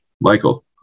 Michael